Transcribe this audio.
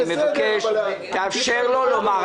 אני מבקש, תאפשר לו לומר.